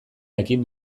jakin